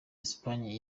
espagne